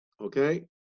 Okay